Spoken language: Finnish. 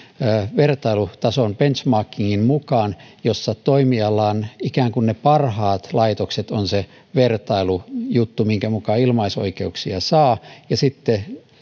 vertailutason benchmarkingin mukaan jossa toimialan ikään kuin parhaat laitokset ovat se vertailujuttu minkä mukaan ilmaisoikeuksia saa sitten